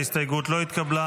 ההסתייגות לא התקבלה.